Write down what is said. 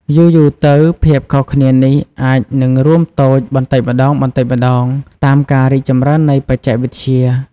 យូរៗទៅ ភាពខុសគ្នានេះអាចនឹងរួមតូចបន្តិចម្ដងៗតាមការរីកចម្រើននៃបច្ចេកវិទ្យា។